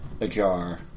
ajar